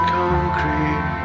concrete